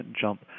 jump